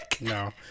No